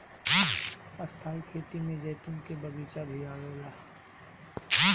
स्थाई खेती में जैतून के बगीचा भी आवेला